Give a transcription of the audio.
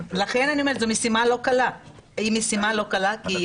לכן אני אומרת שזאת משימה לא קלה כי היא